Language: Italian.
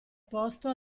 posto